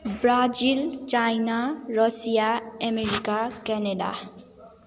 Brazil China Russia America Canada